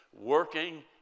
working